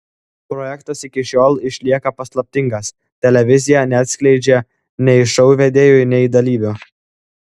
projektas iki šiol išlieka paslaptingas televizija neatskleidžia nei šou vedėjų nei dalyvių